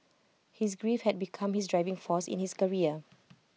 his grief had become his driving force in his career